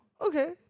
okay